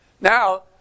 Now